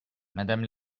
madame